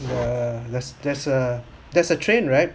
the there's there's a there's a train right